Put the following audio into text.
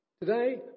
Today